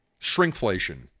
shrinkflation